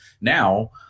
Now